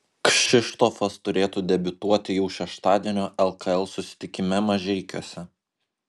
kšištofas turėtų debiutuoti jau šeštadienio lkl susitikime mažeikiuose